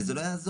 וזה לא יעזור.